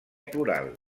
plural